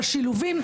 בשילובים.